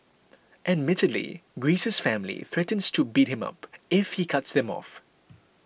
admittedly Greece's family threatens to beat him up if he cuts them off